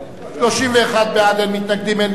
בעד, 31, אין מתנגדים ואין נמנעים.